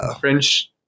French